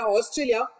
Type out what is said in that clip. Australia